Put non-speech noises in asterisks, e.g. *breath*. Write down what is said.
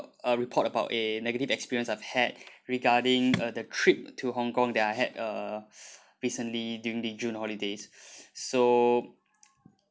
uh report about a negative experience I've had *breath* regarding uh the trip to hong kong that I had uh *breath* recently during the june holidays *breath* so